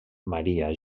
maria